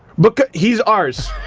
because he's ours.